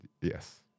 Yes